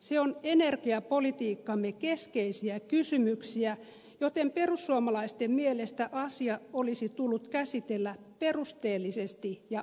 se on energiapolitiikkamme keskeisiä kysymyksiä joten perussuomalaisten mielestä asia olisi tullut käsitellä perusteellisesti ja objektiivisesti